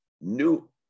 new